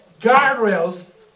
guardrails